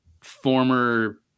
former